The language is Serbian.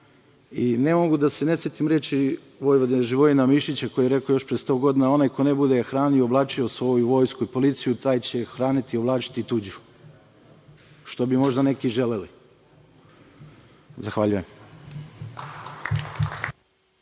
i ne mogu da se ne setim reči Vojvode Živojina Mišića koji je rekao još pre 100 godina – onaj ko ne bude hranio i oblačio svoju vojsku i policiju, taj će hraniti i oblačiti tuđu. Što bi možda neki i želeli. Zahvaljujem.